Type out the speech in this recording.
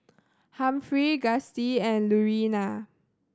Humphrey Gustie and Lurena